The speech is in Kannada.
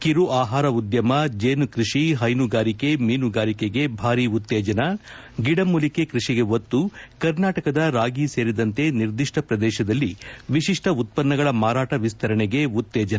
ಕಿರು ಆಹಾರ ಉದ್ದಮ ಜೀನು ಕೃಷಿ ಪೈನುಗಾರಿಕೆ ಮೀನುಗಾರಿಕೆಗೆ ಭಾರಿ ಉತ್ತೇಜನ ಗಿಡಮೂಲಿಕೆ ಕೃಷಿಗೆ ಒತ್ತು ಕರ್ನಾಟಕದ ರಾಗಿ ಸೇರಿದಂತೆ ನಿರ್ದಿಷ್ಟ ಪ್ರದೇಶದಲ್ಲಿ ವಿಶಿಷ್ಟ ಉತ್ಪನ್ನಗಳ ಮಾರಾಟ ವಿಸ್ತರಣೆಗೆ ಉತ್ತೇಜನ